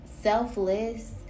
selfless